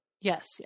Yes